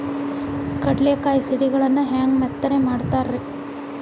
ಕಡಲೆಕಾಯಿ ಸಿಗಡಿಗಳನ್ನು ಹ್ಯಾಂಗ ಮೆತ್ತನೆ ಮಾಡ್ತಾರ ರೇ?